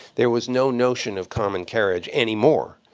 there was no notion of common carriage anymore,